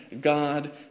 God